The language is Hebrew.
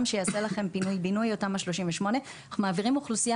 שייעשה לכם פינוי-בינוי או תמ"א 38. אנחנו מעבירים אוכלוסייה